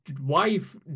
wife